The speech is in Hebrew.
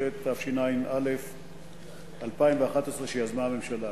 13), התשע"א 2011, שיזמה הממשלה.